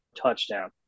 touchdown